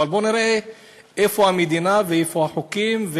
אבל בוא נראה איפה המדינה ואיפה החוקים,